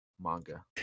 manga